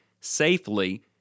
safely